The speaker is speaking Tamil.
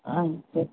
ஆ சரி